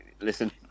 listen